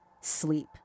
sleep